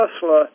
Tesla